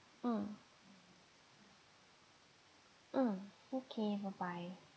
mm mm okay bye bye